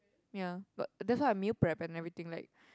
ya but that's why I meal prep and everything like